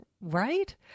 Right